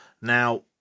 Now